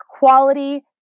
quality